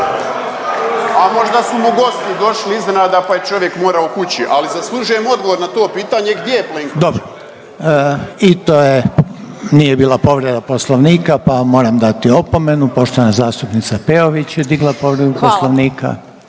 A možda su mu gosti došli iznenada pa je čovjek morao kući ali zaslužujemo odgovor na to pitanje, gdje je Plenković. **Reiner, Željko (HDZ)** Dobro i to je. Nije bila povreda Poslovnika pa moram dati opomenu. Poštovana zastupnica Peović je digla povredu Poslovnika.